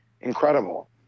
incredible